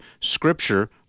Scripture